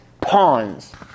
pawns